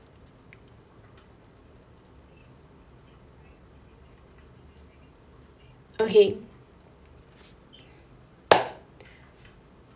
okay